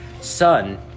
Son